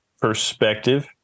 perspective